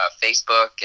Facebook